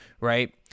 right